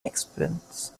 experience